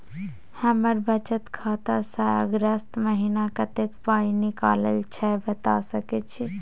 हमर बचत खाता स अगस्त महीना कत्ते पाई निकलल छै बता सके छि?